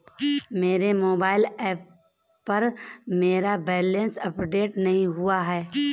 मेरे mobile app पर मेरा बैलेंस अपडेट नहीं हुआ है